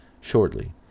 shortly